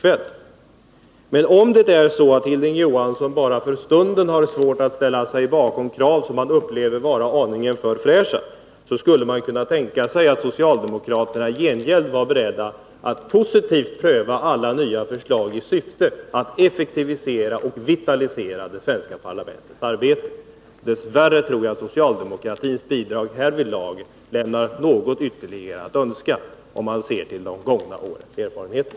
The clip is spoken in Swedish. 5 Men om Hilding Johansson bara för stunden har svårt att ställa sig bakom krav som han upplever vara aningen för fräscha, skulle man kunna tänka sig att socialdemokraterna i gengäld var beredda att positivt pröva alla nya förslag i syfte att effektivisera och vitalisera det svenska parlamentets arbete? Dess värre tror jag att socialdemokratins agerande härvidlag lämnar åtskilligt Övrigt att önska, om man ser till de gångna årens erfarenheter.